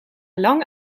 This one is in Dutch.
lang